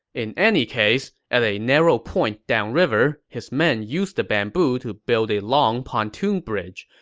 in any case, at a narrow point down river, his men used the bamboo to build a long pontoon bridge.